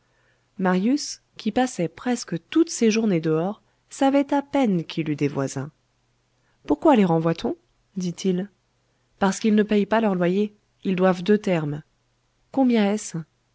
marius qui passait presque toutes ses journées dehors savait à peine qu'il eût des voisins pourquoi les renvoie t on dit-il parce qu'ils ne payent pas leur loyer ils doivent deux termes combien est-ce